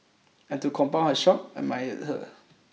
and to compound her shock admired her